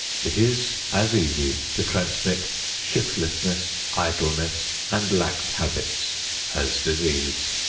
it is as easy to transmit shiftlessness, idleness and lax habits as disease.